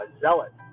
Zealot